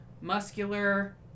muscular